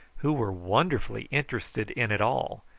who were wonderfully interested in it all,